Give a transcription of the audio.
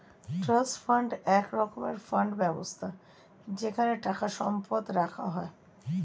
trust fund এক রকমের fund ব্যবস্থা যেখানে টাকা সম্পদ রাখা হয়